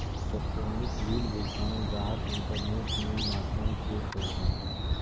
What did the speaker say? electronic bill भुगतान गाहक internet में माध्यम से करो हइ